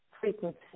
frequency